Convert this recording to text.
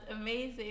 amazing